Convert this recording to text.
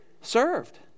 Served